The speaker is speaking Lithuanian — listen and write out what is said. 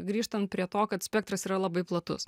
grįžtant prie to kad spektras yra labai platus